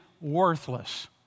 worthless